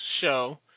show